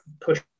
push